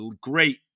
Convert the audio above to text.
great